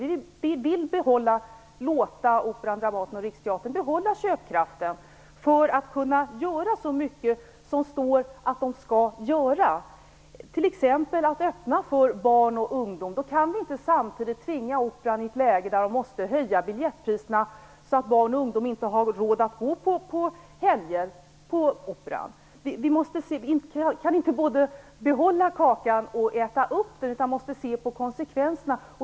Vi vill låta Operan, Dramaten och Riksteatern behålla köpkraften för att kunna göra så mycket som det står att de skall göra, t.ex. att öppna för barn och ungdom. Vi kan då inte samtidigt tvinga Operan i ett läge där de måste höja biljettpriserna så att barn och ungdomar inte har råd att gå på Operan på helger. Vi kan inte både behålla kakan och äta upp den. Vi måste se på konsekvenserna.